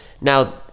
Now